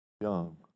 young